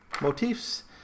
motifs